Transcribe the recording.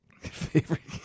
favorite